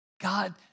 God